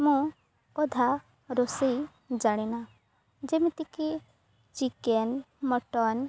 ମୁଁ ଅଧା ରୋଷେଇ ଜାଣିିନି ଯେମିତିକି ଚିକେନ ମଟନ